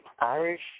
Irish